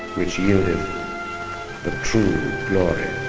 which yieldeth the true glory.